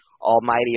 almighty